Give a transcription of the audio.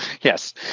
Yes